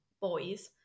boys